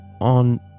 on